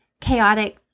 chaotic